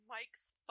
Mike's